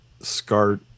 SCART